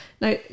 Now